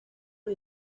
del